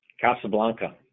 Casablanca